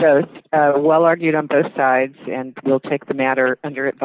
both a well argued on both sides and will take the matter under it